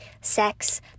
sex